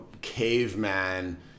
caveman